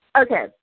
Okay